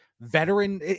veteran